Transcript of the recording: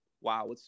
wow